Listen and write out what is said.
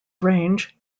range